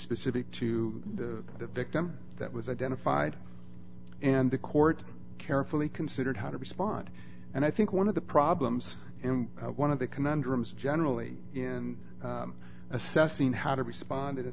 specific to the victim that was identified and the court carefully considered how to respond and i think one of the problems one of the conundrums generally in assessing how to respond in a